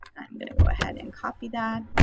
i'm going to go ahead and copy that.